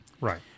right